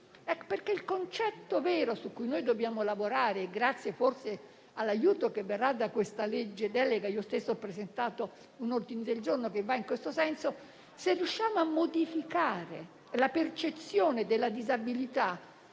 Il concetto vero su cui dobbiamo lavorare, grazie forse all'aiuto che verrà da questo disegno di legge di delega (io stessa ho presentato un ordine del giorno che va in tal senso), è riuscire a modificare la percezione della disabilità,